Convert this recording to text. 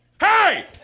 Hey